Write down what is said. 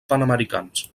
panamericans